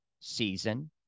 season